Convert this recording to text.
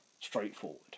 straightforward